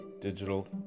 digital